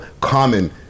common